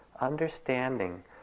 understanding